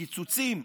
קיצוצים.